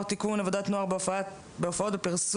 (תיקון מס' 21) (עבודת נוער בהופעות פרסום),